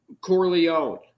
Corleone